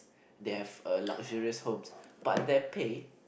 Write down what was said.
they have a luxurious home but their pay